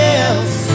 else